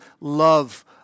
love